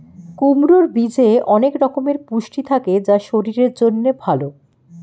কুমড়োর বীজে অনেক রকমের পুষ্টি থাকে যা শরীরের জন্য ভালো